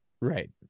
Right